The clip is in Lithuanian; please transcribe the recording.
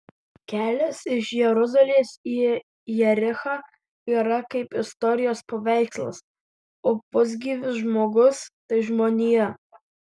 kelias iš jeruzalės į jerichą yra kaip istorijos paveikslas o pusgyvis žmogus tai žmonija